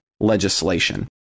Legislation